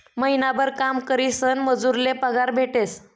महिनाभर काम करीसन मजूर ले पगार भेटेस